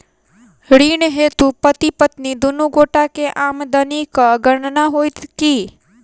ऋण हेतु पति पत्नी दुनू गोटा केँ आमदनीक गणना होइत की?